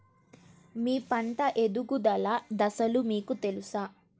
మీ పంట ఎదుగుదల దశలు మీకు తెలుసా?